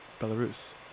belarus